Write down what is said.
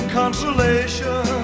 consolation